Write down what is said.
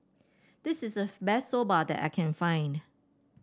this is the best Soba that I can find